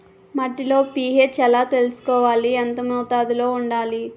మట్టిలో పీ.హెచ్ ఎలా తెలుసుకోవాలి? ఎంత మోతాదులో వుండాలి?